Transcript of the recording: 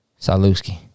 Saluski